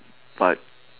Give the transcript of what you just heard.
but